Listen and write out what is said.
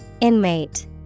Inmate